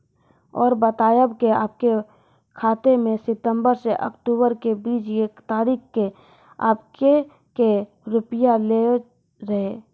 और बतायब के आपके खाते मे सितंबर से अक्टूबर के बीज ये तारीख के आपके के रुपिया येलो रहे?